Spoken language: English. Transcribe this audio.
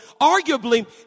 arguably